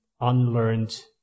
unlearned